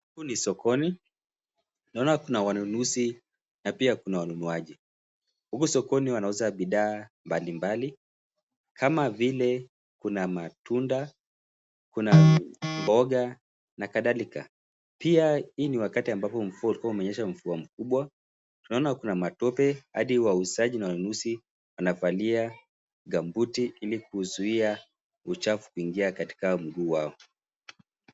Huku ni sokoni. Naona kuna wanunuzi na pia kuna wanunuaji. Huku sokoni wanauza bidhaa mbali mbali kama vile, kuna matunda, kuna mboga na kadhalika. Pia hii ni wakati ambapo mvua ulikuwa umenyesha mvua mkubwa. Tunaona kuna matope hadi wauzaji na wanunuzi wanavalia gambuti ili kuzuia uchafu kuingia katika mguu wao.